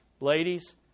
Ladies